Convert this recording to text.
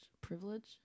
Privilege